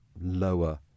lower